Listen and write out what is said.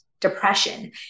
depression